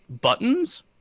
buttons